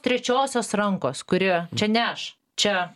trečiosios rankos kuri čia ne aš čia